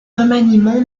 remaniements